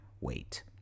wait